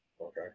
okay